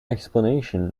explanation